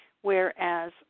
whereas